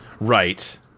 Right